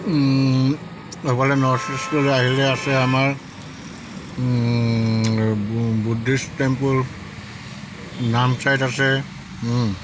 এইফালে north east আহিলে আছে আমাৰ বুদ্ধিষ্ট টেম্পুল নামচাইত আছে